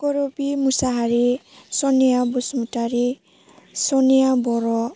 करबि मसाहारि सनिया बसुमतारि सनिया बर'